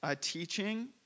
teaching